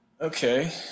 Okay